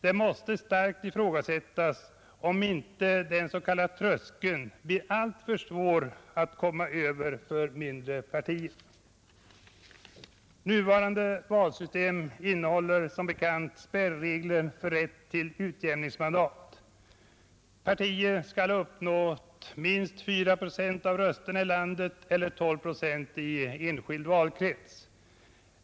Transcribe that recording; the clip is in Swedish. Det måste starkt ifrågasättas om inte den s.k. tröskeleffekten är alltför svår att komma över för mindre partier. Nuvarande valsystem innehåller som bekant spärregler för rätt till utjämningsmandat. Partier skall uppnå minst 4 procent av rösterna i landet eller 12 procent i enskild valkrets.